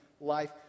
life